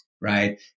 right